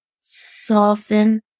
soften